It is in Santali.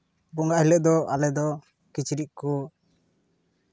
ᱵᱚᱸᱜᱟ ᱦᱤᱞᱳᱜ ᱫᱚ ᱟᱞᱮ ᱫᱚ ᱠᱤᱪᱨᱤᱡ ᱠᱚ